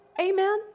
Amen